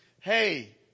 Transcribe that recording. Hey